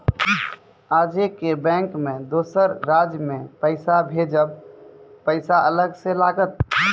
आजे के बैंक मे दोसर राज्य मे पैसा भेजबऽ पैसा अलग से लागत?